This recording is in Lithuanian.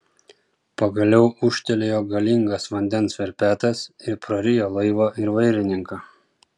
pagaliau ūžtelėjo galingas vandens verpetas ir prarijo laivą ir vairininką